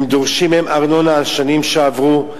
דורשים מהם ארנונה על שנים שעברו.